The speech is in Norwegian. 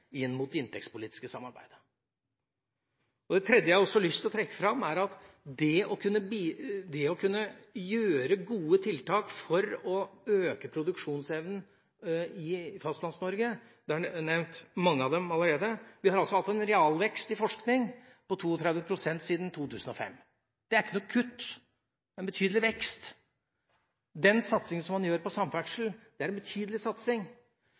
mot det inntektspolitiske samarbeidet. Det tredje jeg har lyst til å trekke fram, er det å kunne ha gode tiltak for å øke produksjonsevnen i Fastlands-Norge – det er nevnt mange av dem allerede. Vi har hatt en realvekst i forskning på 32 pst. siden 2005. Det er ikke noe kutt, det er en betydelig vekst. Den satsing som man gjør på samferdsel, er en betydelig satsing.